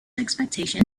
expectation